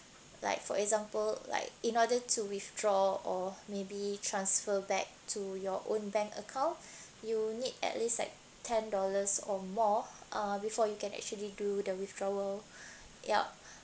like for example like in order to withdraw or maybe transfer back to your own bank account you need at least like ten dollars or more uh before you can actually do the withdrawal yup